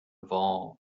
evolve